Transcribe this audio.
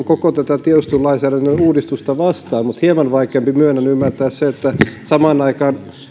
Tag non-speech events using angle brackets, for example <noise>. <unintelligible> koko tätä tiedustelulainsäädännön uudistusta vastaan mutta hieman vaikeampi myönnän ymmärtää se että samaan aikaan